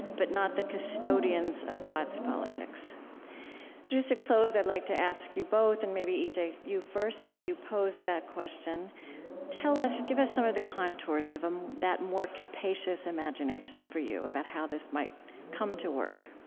but not the custodians of god's politics. so just to close, i'd like to ask you both and maybe e j. you first, since you posed that question tell us, give us some of the contours of um that more capacious imagination for you about how this might come to work